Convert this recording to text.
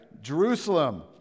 Jerusalem